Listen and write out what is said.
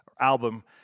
album